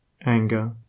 anger